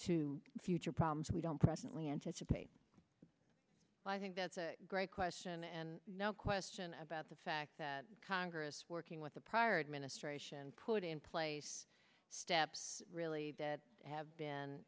to future problems we don't presently anticipate i think that's a great question and no question about the fact that congress working with the prior administration put in place steps really that have been